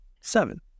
Seven